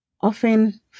Often